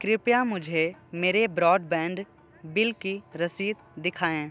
कृपया मुझे मेरे ब्रॉडबैंड बिल की रसीद दिखाएँ